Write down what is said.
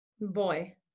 Boy